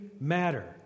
matter